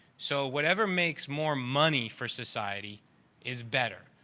so, whatever makes more money for society is better.